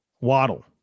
Waddle